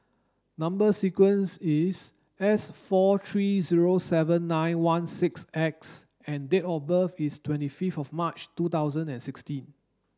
number sequence is S four three zero seven nine one six X and date of birth is twenty fifth of March two thousand and sixteen